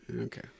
Okay